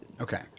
Okay